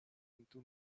into